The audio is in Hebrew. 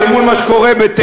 אל מול מה שקורה בתימן,